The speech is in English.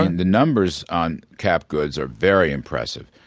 the numbers on capped goods are very impressive.